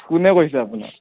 কোনে কৈছে আপোনাক